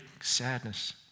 sadness